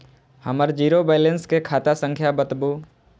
हमर zero balance के खाता संख्या बतबु?